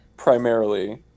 primarily